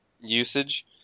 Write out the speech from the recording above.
usage